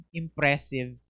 impressive